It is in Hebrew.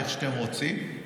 איך שאתם רוצים,